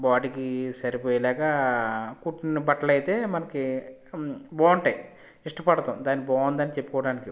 బాడీకి సరిపోయేలాగా కుట్టిన బట్టలు అయితే మనకి బాగుంటాయి ఇష్టపడతాం దాన్ని బాగుందని చెప్పుకోవడానికి